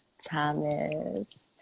Thomas